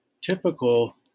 typical